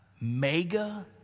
Mega